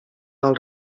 del